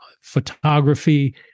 photography